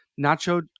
Nacho